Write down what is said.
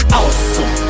awesome